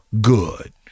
good